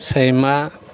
सैमा